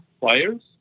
players